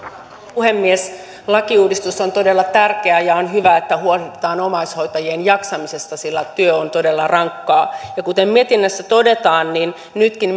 puhemies lakiuudistus on todella tärkeä ja on hyvä että huolehditaan omaishoitajien jaksamisesta sillä työ on todella rankkaa ja kuten mietinnössä todetaan nytkin